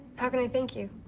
how can i thank you?